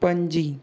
Panaji